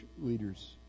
leaders